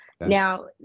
Now